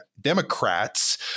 Democrats